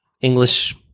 english